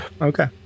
okay